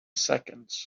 seconds